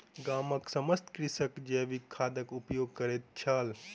गामक समस्त कृषक जैविक खादक उपयोग करैत छल